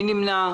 מי נמנע?